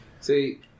See